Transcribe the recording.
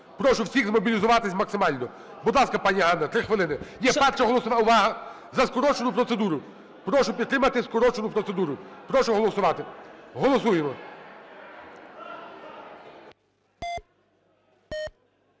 Прошу всіх змобілізуватись максимально. Будь ласка, пані Ганна, 3 хвилини. Ні, увага! За скорочену процедуру. Прошу підтримати скорочену процедуру. Прошу голосувати. Голосуємо.